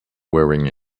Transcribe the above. wearing